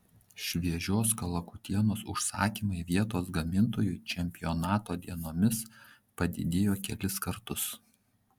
šviežios kalakutienos užsakymai vietos gamintojui čempionato dienomis padidėjo kelis kartus